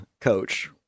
coach